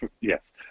yes